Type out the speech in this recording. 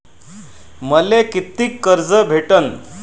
मले कितीक कर्ज भेटन?